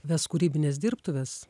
ves kūrybines dirbtuves